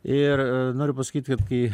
ir noriu pasakyt kad kai